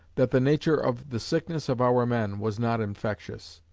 that the nature of the sickness of our men was not infectious.